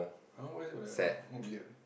!huh! why is it like that one oh weird